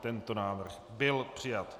Tento návrh byl přijat.